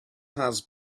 has